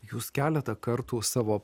jūs keletą kartų savo